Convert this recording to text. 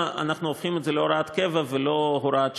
אנחנו הופכים את זה להוראת קבע ולא ממשיכים בהוראת שעה?